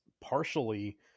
partially